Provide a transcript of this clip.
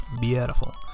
Beautiful